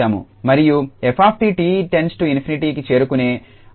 మరియు f𝑡 𝑡 → ∞కి చేరుకునే అదనపు షరతు కూడా ఉంది